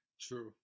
True